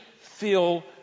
feel